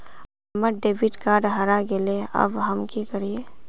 हमर debit card हरा गेले अब हम की करिये?